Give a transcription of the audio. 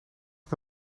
dit